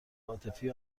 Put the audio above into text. عاطفی